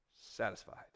satisfied